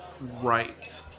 right